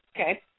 okay